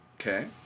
Okay